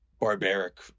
barbaric